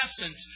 essence